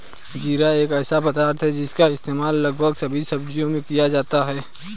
जीरा एक ऐसा पदार्थ है जिसका इस्तेमाल लगभग सभी सब्जियों में किया जाता है